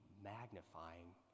magnifying